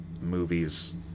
movies